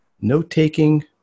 Note-Taking